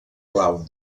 clau